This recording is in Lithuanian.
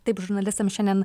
taip žurnalistams šiandien